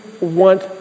want